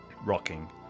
rocking